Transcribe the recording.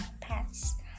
pets